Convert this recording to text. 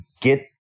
get